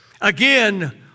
Again